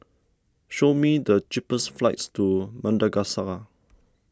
show me the cheapest flights to Madagascar